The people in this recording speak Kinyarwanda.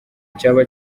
cyaba